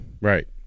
Right